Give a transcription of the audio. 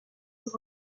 sont